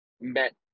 met